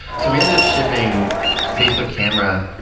so we ended up shipping facebook camera.